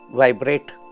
vibrate